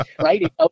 right